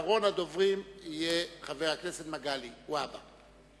אחרון הדוברים יהיה חבר הכנסת מגלי והבה.